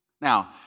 Now